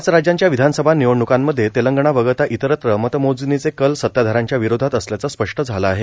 पाच राज्यांच्या विधानसभा निवडण्कांमध्ये तेलंगणा वगळता इतरत्र मतमोजणीचे कल सत्ताधाऱ्यांच्या विरोधात असल्याचं स्पष्ट झालं आहे